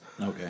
Okay